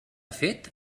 fet